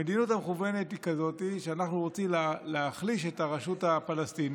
המדיניות המכוונת היא כזאת שאנחנו רוצים להחליש את הרשות הפלסטינית,